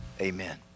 Amen